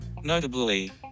Notably